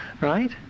right